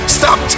stop